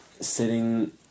sitting